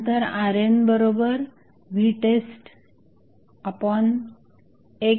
नंतर RNvtest1A0